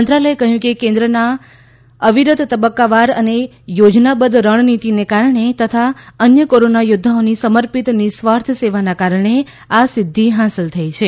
મંત્રાલયે કહ્યું કે કેન્દ્ર સરકારના અવિરત તબક્કાવાર અને યોજનાબદ્ધ રણનીતીને કારણે તથા અન્ય કોરોના યૌદ્વાઓની સમર્પિત નિસ્વાર્થ સેવાના કારણે આ સિદ્ધિ હાંસલ થઈ છે